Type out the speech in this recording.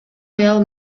аял